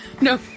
No